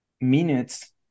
minutes